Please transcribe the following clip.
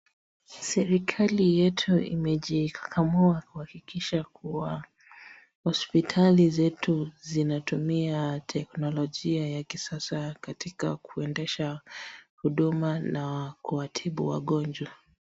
Serikali yetu imejikakamua kuhakikisha kuwa hospitali zetu zinatumia teknolojia ya kisasa katika kuendesha huduma na kuwatibu wagonjwa.